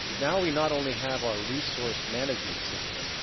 now, we not only have our resource management system,